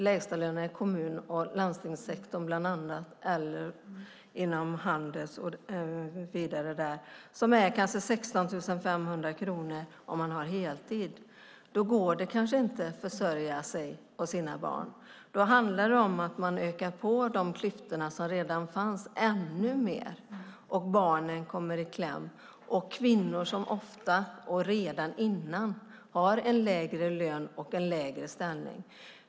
Lägstalön i kommun och landstingssektorn, inom handel och så vidare är kanske 16 500 kronor för den som har heltid, och då går det kanske inte att försörja sig och sina barn. Det handlar om att man ökar de klyftor som redan fanns ännu mer, och barnen kommer i kläm, liksom kvinnor som ofta redan innan har en lägre lön och en lägre ställning.